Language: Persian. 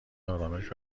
ارامش